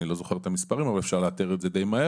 אני לא זוכר את המספרים אבל אפשר לאתר את זה די מהר,